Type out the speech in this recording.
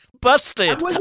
busted